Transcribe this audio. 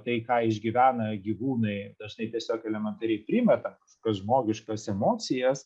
tai ką išgyvena gyvūnai dažnai tiesiog elementariai primetam kad žmogiškos emocijos